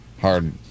hard